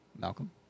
Malcolm